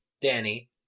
Danny